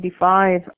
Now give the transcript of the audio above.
1985